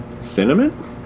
Cinnamon